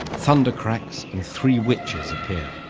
thunder cracks and three witches appear.